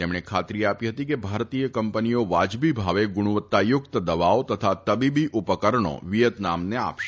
તેમણે ખાતરી આપી હતી કે ભારતીય કંપનીઓ વાજબી ભાવે ગુણવત્તા યુક્ત દવાઓ તથા તબીબી ઉપકરણઓ વિયેતનામને આપશે